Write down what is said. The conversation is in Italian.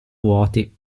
vuoti